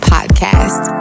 Podcast